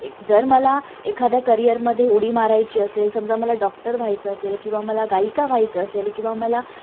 एक जर मला एखाद्या करिअरमध्ये उडी मारायची असेल समजा मला डॉक्टर व्हायचं असेल किंवा मला गायिका व्हायचं असेल किंवा मला